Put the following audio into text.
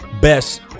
best